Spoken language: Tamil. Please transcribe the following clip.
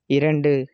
இரண்டு